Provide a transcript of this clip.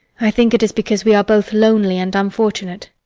i think it is because we are both lonely and unfortunate.